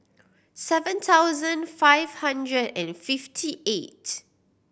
seven thousand five hundred and fifty eight